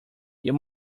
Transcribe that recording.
you